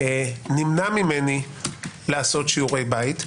נמנע ממני לעשות שיעורי בית,